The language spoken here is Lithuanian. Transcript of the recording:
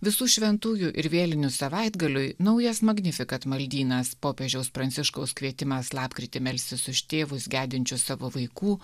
visų šventųjų ir vėlinių savaitgaliui naujas magnificat maldynas popiežiaus pranciškaus kvietimas lapkritį melstis už tėvus gedinčius savo vaikų